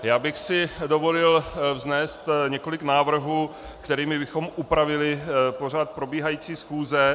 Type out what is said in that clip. Já bych si dovolil vznést několik návrhů, kterými bychom upravili pořad probíhající schůze.